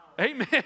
Amen